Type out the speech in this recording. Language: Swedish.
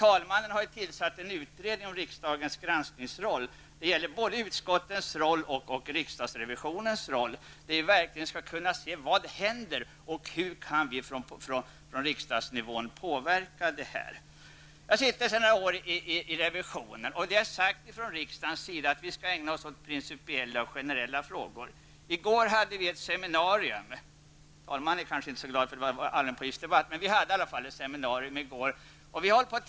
Talmannen har ju låtit tillsätta en utredning om riksdagens granskningsroll. Det gäller både utskottens roll och revisionens roll. Vi måste ju kunna se vad som händer och ta ställning till hur vi i riksdagen kan påverka. Jag sitter sedan några år tillbaka med i revisionen. Riksdagen har uttalat att vi skall ägna oss åt principiella och generella frågor. I går hade vi ett seminarium. Talmannen var kanske inte särskilt glad över det, eftersom det var allmänpolitisk debatt.